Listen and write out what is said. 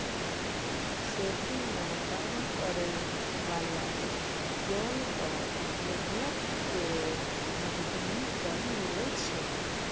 खेती म काम करै वाला जोन क मेहनत केरो मजदूरी कम मिलै छै